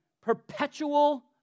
perpetual